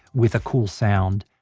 with a cool sound.